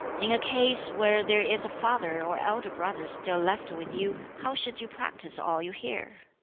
in a case where there is a father or elder brother still left with you, how should you practise all you hear?